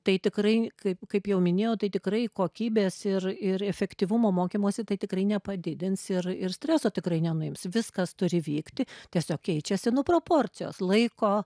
tai tikrai kaip kaip jau minėjau tai tikrai kokybės ir ir efektyvumo mokymosi tai tikrai nepadidins ir ir streso tikrai nenuims viskas turi vykti tiesiog keičiasi nuo proporcijos laiko